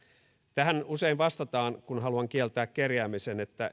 tähän usein vastataan kun haluan kieltää kerjäämisen että